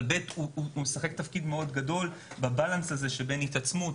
והוא גם משחק תפקיד מאוד גדול במאזן שבין התעצמות,